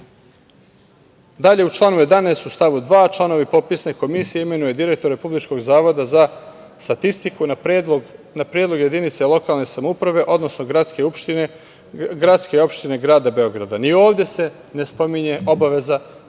periodu.U članu 11. u stavu 2 – članove popisne komisije imenuje direktor Republičkog zavoda za statistiku, na predlog jedinice lokalne samouprave, odnosno gradske opštine grada Beograda. Ni ovde se ne spominje obaveza konsultovanja